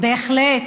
בהחלט,